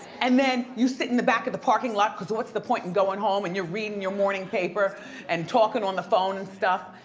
and then you sit in the back of a parking lot because what's the point in going home? and you're reading your morning paper and talking on the phone and stuff.